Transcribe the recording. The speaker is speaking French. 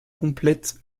complètent